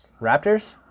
Raptors